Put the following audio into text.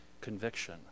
conviction